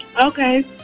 Okay